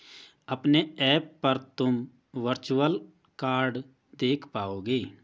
अपने ऐप पर तुम वर्चुअल कार्ड देख पाओगे